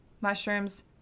mushrooms